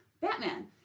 Batman